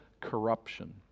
corruption